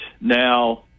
now